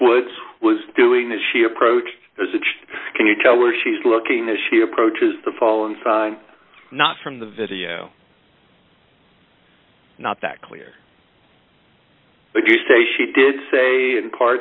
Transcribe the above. was was doing as he approached can you tell where she's looking as she approaches the fall and not from the video not that clear but you say she did say in part